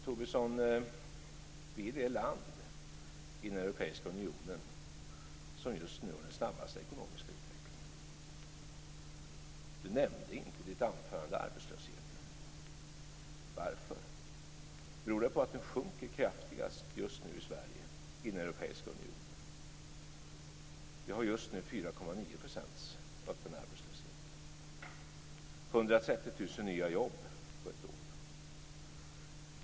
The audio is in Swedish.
Sverige är det land i den europeiska unionen som just nu har den snabbaste ekonomiska utvecklingen. Lars Tobisson nämnde inte ens arbetslösheten. Varför? Beror det på att den just nu sjunker kraftigast i Sverige i den europeiska unionen? Vi har just nu 4,9 % öppen arbetslöshet. Vi har 130 000 nya jobb på ett år.